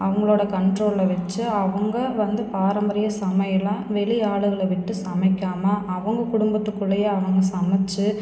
அவங்களோட கண்ட்ரோலில் வச்சு அவங்க வந்து பாரம்பரிய சமையலை வெளி ஆளுகளை விட்டு சமைக்காமல் அவங்க குடும்பத்துக்குள்ளேயே அவங்க சமைத்து